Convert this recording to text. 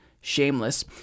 shameless